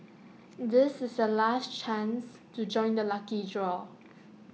this is the last chance to join the lucky draw